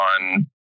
on